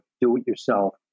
do-it-yourself